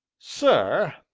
sir,